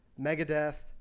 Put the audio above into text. Megadeth